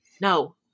no